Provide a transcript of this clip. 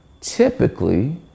typically